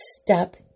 step